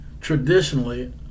Traditionally